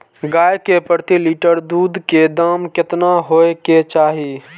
गाय के प्रति लीटर दूध के दाम केतना होय के चाही?